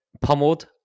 pummeled